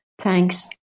Thanks